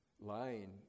lying